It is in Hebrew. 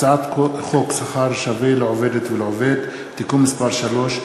הצעת חוק שכר שווה לעובדת ולעובד (תיקון מס' 3),